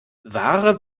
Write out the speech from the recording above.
ware